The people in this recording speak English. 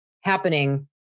happening